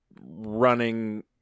running